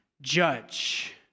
judge